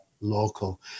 local